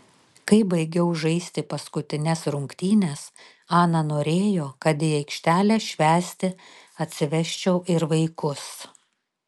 kai baigiau žaisti paskutines rungtynes ana norėjo kad į aikštelę švęsti atsivesčiau ir vaikus